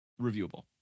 reviewable